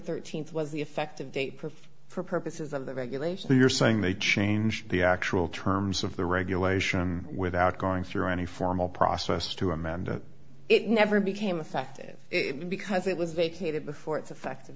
thirteenth was the effective date for for purposes of the regulation you're saying they changed the actual terms of the regulation without going through any formal process to amend it never became effective because it was vacated before its effect